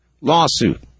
Lawsuit